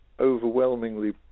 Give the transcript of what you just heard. overwhelmingly